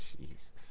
Jesus